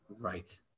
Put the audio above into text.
right